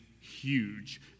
huge